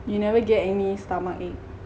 you never get any stomachache